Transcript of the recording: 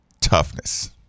toughness